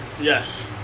Yes